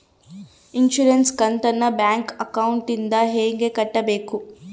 Insurance ಕಂತನ್ನ bank ಅಕೌಂಟಿಂದ ಹೆಂಗ ಕಟ್ಟಬೇಕು?